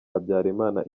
habyarimana